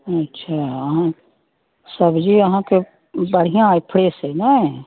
अच्छा अहाँ सब्जी अहाँकेँ बढ़िआँ अइ फ्रेश अइ ने